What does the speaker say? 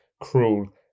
cruel